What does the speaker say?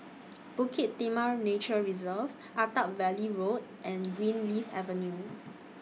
Bukit Timah Nature Reserve Attap Valley Road and Greenleaf Avenue